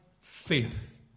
faith